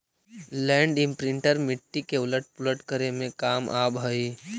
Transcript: land imprinter मिट्टी के उलट पुलट करे में काम आवऽ हई